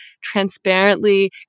transparently